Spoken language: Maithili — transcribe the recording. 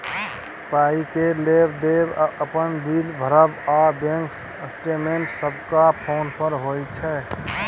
पाइ केर लेब देब, अपन बिल भरब आ बैंक स्टेटमेंट सबटा फोने पर होइ छै